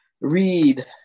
read